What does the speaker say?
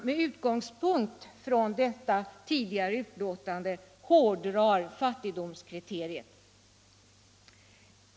Med utgångspunkt i det tidigare utlåtandet hårdrar man fattigdomskriteriet.